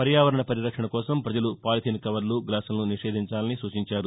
పర్యావరణ పరి రక్షణ కోసం పజలు పాలిథిన్ కవర్లు గ్లాసులను నిషేధించాలని సూచించారు